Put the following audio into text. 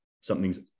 something's